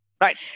Right